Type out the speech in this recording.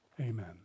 Amen